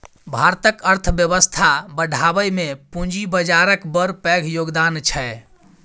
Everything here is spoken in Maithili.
भारतक अर्थबेबस्था बढ़ाबइ मे पूंजी बजारक बड़ पैघ योगदान छै